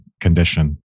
condition